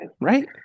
Right